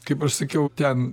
kaip aš sakiau ten